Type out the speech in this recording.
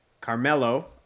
Carmelo